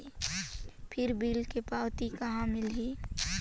फिर बिल के पावती कहा मिलही?